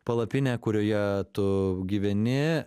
palapinę kurioje tu gyveni